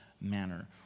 manner